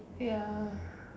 ya